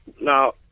now